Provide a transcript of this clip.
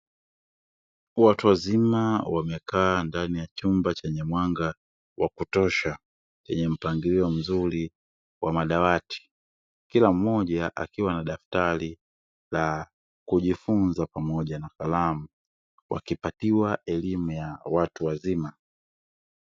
Watu wazima wamekaa ndani ya chumba chenye mwanga wa kutosha chenye mpangilio mzuri wa madawati, kila mmoja akiwa na daftari la kujifunza pamoja na kalamu wakipatiwa elimu ya watu wazima.